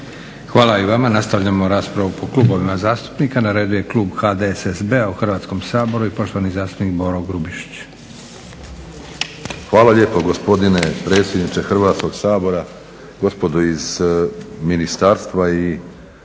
Josip (SDP)** Nastavljamo raspravu po klubovima zastupnika. Na redu je Klub HDSSB-a u Hrvatskom saboru i poštovani zastupnik Boro Grubišić. **Grubišić, Boro (HDSSB)** Hvala lijepo gospodine predsjedniče Hrvatskoga sabora, gospodo iz ministarstva i